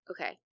Okay